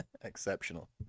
Exceptional